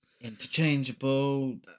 Interchangeable